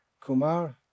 Kumar